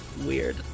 weird